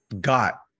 got